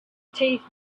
teeth